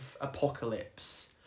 Apocalypse